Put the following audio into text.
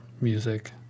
music